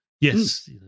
Yes